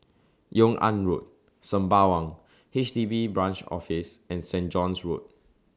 Yung An Road Sembawang H D B Branch Office and Saint John's Road